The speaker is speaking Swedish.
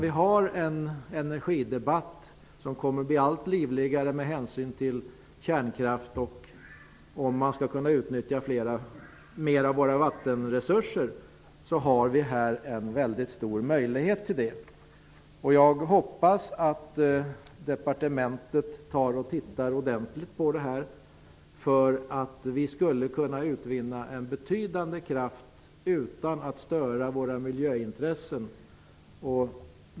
Vi har ju en energidebatt som kommer att bli allt livligare med hänsyn till kärnkraften och om vi skall kunna utnyttja mer av våra vattenresurser. Det finns stora möjligheter här. Jag hoppas att departementet tittar ordentligt på detta. Vi skulle kunna utvinna en betydande kraft utan att störa våra miljöintressen.